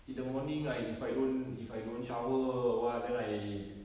in the morning I if I don't if I don't shower or what then I